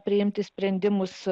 priimti sprendimus